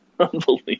Unbelievable